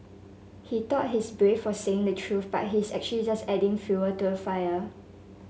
he thought he's brave for saying the truth but he's actually just adding fuel to a fire